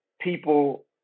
people